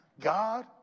God